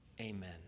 Amen